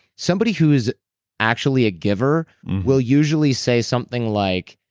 somebody who is actually a giver will usually say something like,